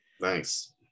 thanks